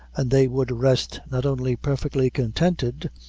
and they would rest not only perfectly contented,